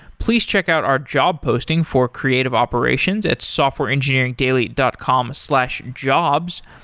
please check out our job posting for creative operations at softwareengineeringdaily dot com slash jobs.